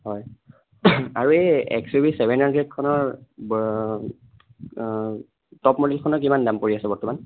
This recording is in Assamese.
হয় আৰু এই এক্স ইউ ভি ছেভেন হান্দ্ৰেডখনৰ টপ মডেলখনৰ কিমান দাম পৰি আছে বৰ্তমান